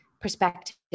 perspective